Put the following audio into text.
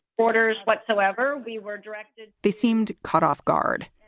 orders whatsoever. we were directed they seemed caught off guard,